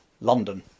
London